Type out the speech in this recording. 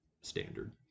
standard